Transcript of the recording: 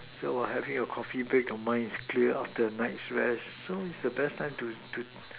so while having a Coffee break your mind is clear after a night's rest so it's the best time to to